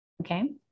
okay